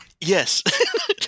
yes